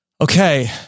Okay